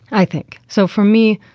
i think. so for me,